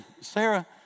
Sarah